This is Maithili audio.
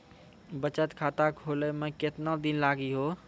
बचत खाता खोले मे केतना दिन लागि हो?